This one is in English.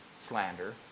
slander